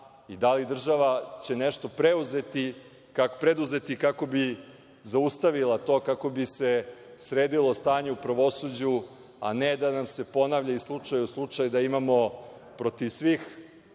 i da li država će nešto preduzeti kako bi zaustavila to, kako bi se sredilo stanje u pravosuđu, a ne da nam se ponavlja iz slučaja u slučaj da imamo protiv svih,